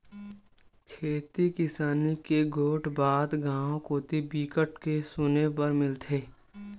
खेती किसानी के गोठ बात गाँव कोती बिकट के सुने बर मिलथे